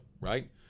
right